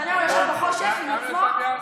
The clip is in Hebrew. נתניהו ישב בחושך עם עצמו,